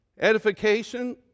edification